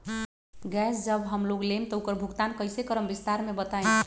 Gas जब हम लोग लेम त उकर भुगतान कइसे करम विस्तार मे बताई?